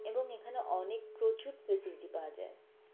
এবং এখানে অনেক প্রচুর ফেসিলিটি পাওয়া যায়